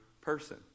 person